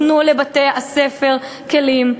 תנו לבתי-הספר כלים.